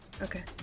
Okay